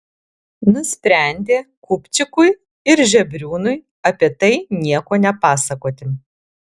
nusprendė kupčikui ir žebriūnui apie tai nieko nepasakoti